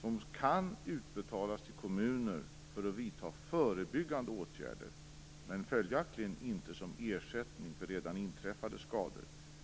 som kan utbetalas till kommuner för att förebyggande åtgärder skall vidtas men följaktligen inte som ersättning för redan inträffade skador.